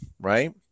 right